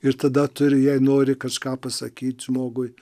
ir tada turi jei nori kažką pasakyt žmogui